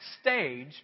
stage